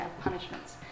punishments